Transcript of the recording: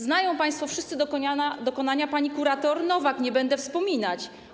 Znają państwo wszyscy dokonania pani kurator Nowak, nie będę wspominać.